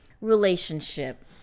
relationship